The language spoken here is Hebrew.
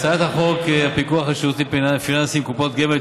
הצעת חוק פיקוח על שירותים פיננסיים (קופות גמל)